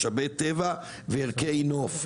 משאבי טבע וערכי נוף.